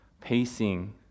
pacing